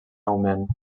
augment